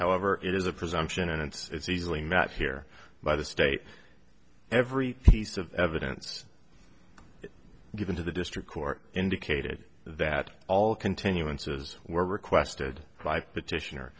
however it is a presumption and is easily met here by the state every piece of evidence given to the district court indicated that all continuances were requested by petitioner